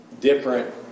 Different